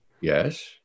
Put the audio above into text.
Yes